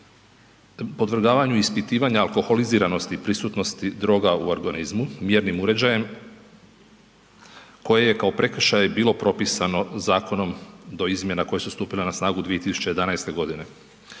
podvrgavanju ispitivanja alkoholiziranosti i prisutnosti droga u organizmu mjernim uređajem koje je kao prekršaj bilo propisano zakonom do izmjena koje su stupile na snagu 2011.g.